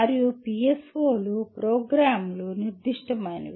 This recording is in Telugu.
మరియు PSO లు ప్రోగ్రామ్ నిర్దిష్టమైనవి